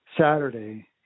Saturday